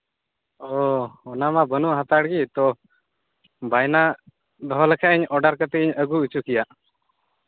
ᱚᱻ ᱚᱱᱟᱢᱟ ᱵᱟᱹᱱᱩᱜ ᱦᱟᱛᱟᱲ ᱜᱮ ᱛᱚ ᱵᱟᱭᱱᱟ ᱫᱚᱦᱚ ᱞᱮᱠᱷᱟᱡ ᱚᱰᱟᱨ ᱠᱟᱛᱮᱧ ᱤᱧ ᱟᱹᱜᱩ ᱦᱚᱪᱚ ᱠᱮᱭᱟ